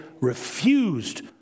refused